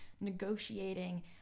negotiating